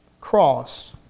cross